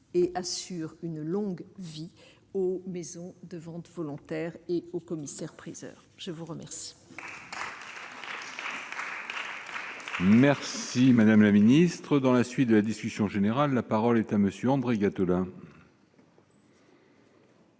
et assure une longue vie au maison de vente volontaire et au commissaire-priseur, je vous remercie. Merci, Madame la Ministre. Entre dans la suite de la discussion générale, la parole est à Monsieur André Gattolin.